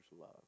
love